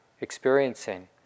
experiencing